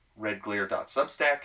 redglare.substack